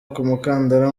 umukandara